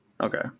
Okay